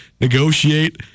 negotiate